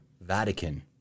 Vatican